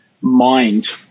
mind